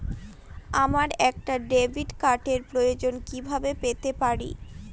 আমার একটা ডেবিট কার্ডের প্রয়োজন কিভাবে পেতে পারি?